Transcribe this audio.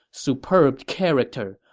superb character,